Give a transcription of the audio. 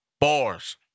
Bars